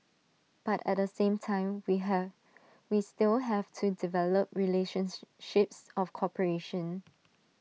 but at the same time we have we still have to develop relationships of cooperation